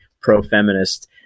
pro-feminist